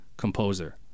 composer